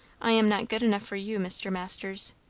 i am not good enough for you, mr. masters.